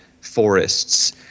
forests